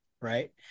right